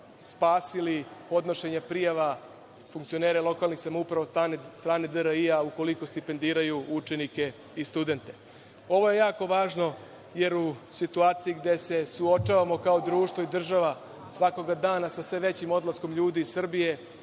spasili podnošenje prijava funkcionera lokalnih samouprava od strane DRI ukoliko stipendiraju učenike i studente. Ovo je jako važno jer u situaciji gde se suočavamo kao društvo i država svakoga dana sa sve većim odlaskom ljudi iz Srbije